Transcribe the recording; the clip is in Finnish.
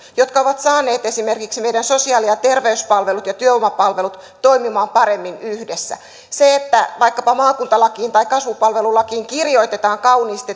ja jotka ovat saaneet esimerkiksi meidän sosiaali ja terveyspalvelut ja työvoimapalvelut toimimaan paremmin yhdessä se että vaikkapa maakuntalakiin tai kasvupalvelulakiin kirjoitetaan kauniisti